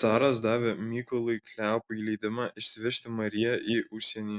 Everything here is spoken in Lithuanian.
caras davė mykolui kleopui leidimą išsivežti mariją į užsienį